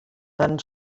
tan